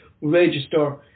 register